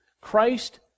Christ